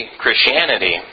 Christianity